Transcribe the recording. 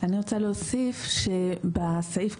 אני רוצה להוסיף שבסעיף,